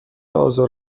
آزار